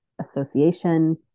association